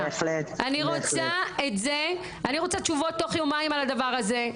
אני רוצה תשובות תוך יומיים על הדבר הזה.